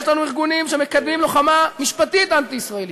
יש לנו ארגונים שמקדמים לוחמה משפטית אנטי-ישראלית.